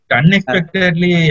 unexpectedly